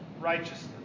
righteousness